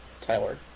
Tyler